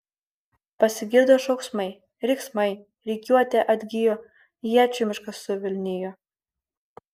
pasigirdo šauksmai riksmai rikiuotė atgijo iečių miškas suvilnijo